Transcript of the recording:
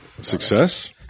Success